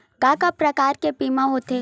का का प्रकार के बीमा होथे?